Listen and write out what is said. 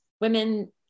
women